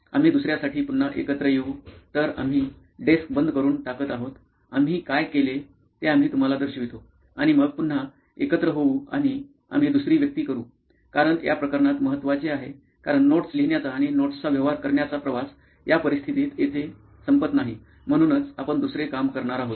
आम्ही दुसर्यासाठी पुन्हा एकत्र येऊ तर आम्ही डेस्क बंद करुन टाकत आहोत आम्ही काय केले ते आम्ही तुम्हाला दर्शवितो आणि मग पुन्हा एकत्र होऊ आणि आम्ही दुसरी व्यक्ती करू कारण या प्रकरणात महत्त्वाचे आहे कारण नोट्स लिहिण्याचा आणि नोट्सचा व्यवहार करण्याचा प्रवास या परिस्थितीत येथे संपत नाही म्हणूनच आपण दुसरे काम करणार आहोत